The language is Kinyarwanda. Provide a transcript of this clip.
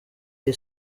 iyi